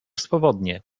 swobodnie